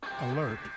alert